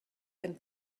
and